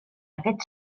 aquest